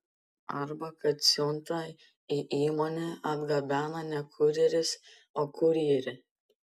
arba kad siuntą į įmonę atgabena ne kurjeris o kurjerė